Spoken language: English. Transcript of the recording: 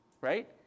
right